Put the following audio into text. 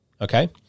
okay